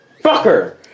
FUCKER